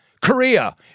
Korea